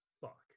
fuck